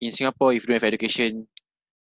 in singapore if you don't have education